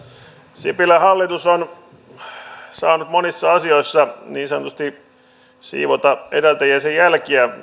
sipilän hallitus on saanut monissa asioissa niin sanotusti siivota edeltäjänsä jälkiä